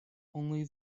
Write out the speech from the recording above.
only